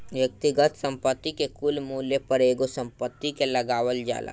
व्यक्तिगत संपत्ति के कुल मूल्य पर एगो संपत्ति के लगावल जाला